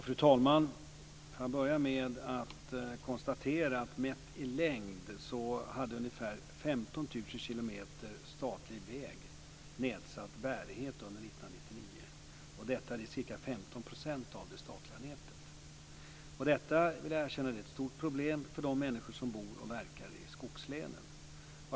Fru talman! Jag börjar med att konstatera att mätt i längd hade ungefär 15 000 kilometer statlig väg nedsatt bärighet under 1999. Det är ca 15 % av det statliga nätet. Detta, vill jag erkänna, är ett stort problem för de människor som bor och verkar i skogslänen.